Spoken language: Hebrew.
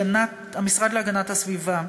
המשרד להגנת הסביבה